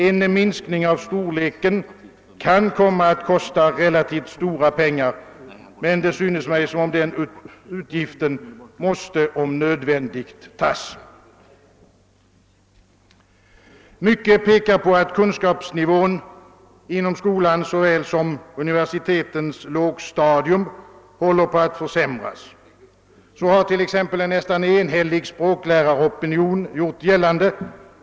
En minskning av storleken kan komma att kosta relativt stora pengar, men det synes mig som om den utgiften måste om nödvändigt tagas. Mycket pekar på att kunskapsnivån inom skolan såväl som på universitetens lågstadium håller på att försämras. Att så är fallet har t.ex. en nästan enhällig språkläraropinion gjort gällande.